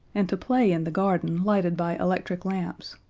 and to play in the garden lighted by electric lamps.